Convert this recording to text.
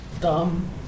Dumb